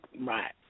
Right